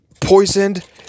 poisoned